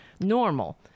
normal